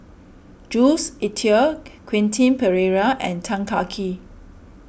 Jules Itier Quentin Pereira and Tan Kah Kee